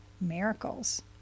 miracles